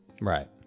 Right